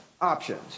options